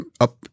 up